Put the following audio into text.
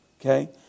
Okay